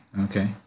Okay